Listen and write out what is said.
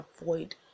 avoid